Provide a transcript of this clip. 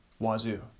Wazoo